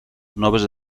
noves